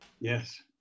Yes